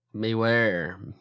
Beware